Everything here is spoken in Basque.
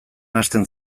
hasten